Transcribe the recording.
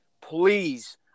please